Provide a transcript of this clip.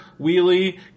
wheelie